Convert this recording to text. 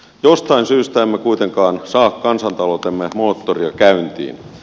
jostain syystä emme kuitenkaan saa kansantaloutemme moottoria käyntiin